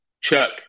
Chuck